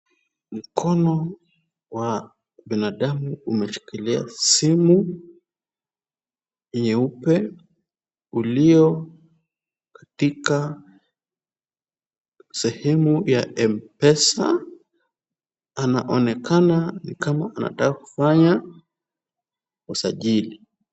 Mkono wa binadamu umeshikilia simu nyeupe, ulio katika sehemu ya mpesa. Anaonekana ni kama anataka kufanya usajili.